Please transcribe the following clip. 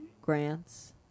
grants